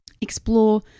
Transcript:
Explore